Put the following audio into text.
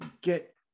get